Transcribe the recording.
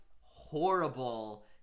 horrible